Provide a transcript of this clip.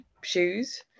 shoes